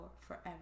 forever